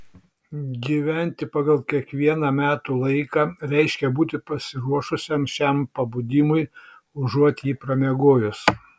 gyventi pagal kiekvieną metų laiką reiškia būti pasiruošusiam šiam pabudimui užuot jį pramiegojus